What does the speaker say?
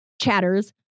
chatters